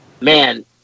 Man